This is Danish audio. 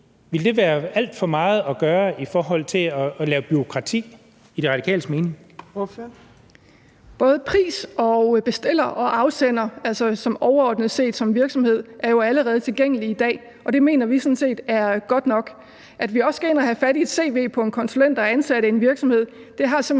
(Trine Torp): Ordføreren. Kl. 17:41 Kathrine Olldag (RV): Oplysninger om både pris og bestiller og afsender, altså overordnet set som virksomhed, er jo allerede tilgængelige i dag, og det mener vi sådan set er godt nok. At vi også skal ind og have fat i et cv på en konsulent, der er ansat i en virksomhed, har simpelt hen